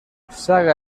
saga